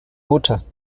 mutter